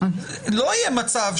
לא הגיוני